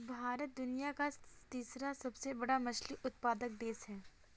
भारत दुनिया का तीसरा सबसे बड़ा मछली उत्पादक देश है